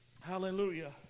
Hallelujah